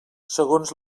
segons